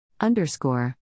Underscore